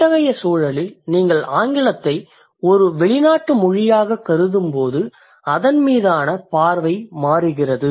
இத்தகைய சூழலில் நீங்கள் ஆங்கிலத்தை ஒரு வெளிநாட்டு மொழியாகக் கருதும்போது அதன்மீதான பார்வை மாறுகிறது